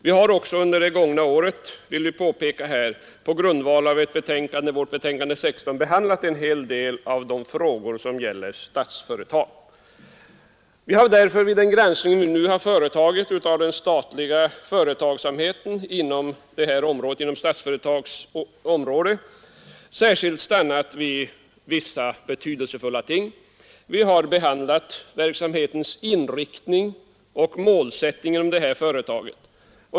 Vi har också tidigare under det gångna året, påpekar utskottet, på grundval av utskottets betänkande nr 16 behandlat en hel del av de frågor som gäller Statsföretag. Vid den granskning som vi nu har företagit av den statliga företagsamheten inom Statsföretags område har vi därför särskilt stannat vid vissa betydelsefulla ting. Vi har behandlat verksamhetens inriktning och målsättning.